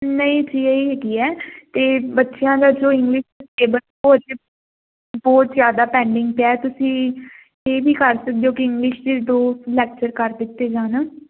ਨਹੀਂ ਜੀ ਇਹੀ ਹੈਗੀ ਹ ਤੇ ਬੱਚਿਆਂ ਦਾ ਜੋ ਇੰਗਲਿਸ਼ ਸਿਲੇਬਸ ਬਹੁਤ ਜਿਆਦਾ ਪੈਂਡਿੰਗ ਪਿਆ ਤੁਸੀਂ ਇਹ ਵੀ ਕਰ ਸਕਦੇ ਹੋ ਕਿ ਇੰਗਲਿਸ਼ ਦੇ ਦੋ ਲੈਕਚਰ ਕਰ ਦਿੱਤੇ ਜਾਣ